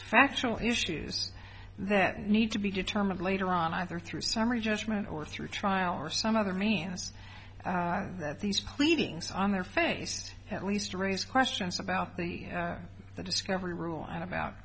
factual issues that need to be determined later on either through summary judgment or through trial or some other means that these pleadings on their face at least raise questions about the the discovery rule and about